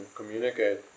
Communicate